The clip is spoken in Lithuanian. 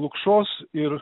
lukšos ir